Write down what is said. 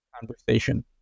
conversation